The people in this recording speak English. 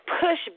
push